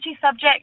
subject